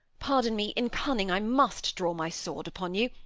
pardon me! in cunning i must draw my sword upon you.